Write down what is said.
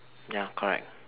ya correct